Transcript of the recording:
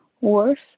worse